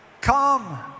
Come